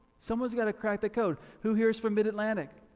someone's got to crack the code. who here's from midatlantic?